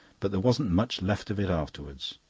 but there wasn't much left of it afterwards.